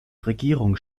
regierung